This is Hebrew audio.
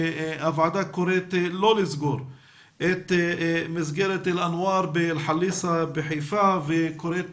הוועדה קוראת לא לסגור את מסגרת אל אנואר באלחליסה בחיפה וקוראת